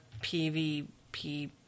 PVP